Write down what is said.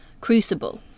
crucible